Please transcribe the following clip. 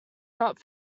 not